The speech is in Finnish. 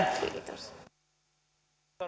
tässä